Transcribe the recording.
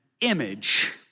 image